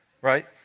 Right